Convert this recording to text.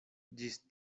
ĝis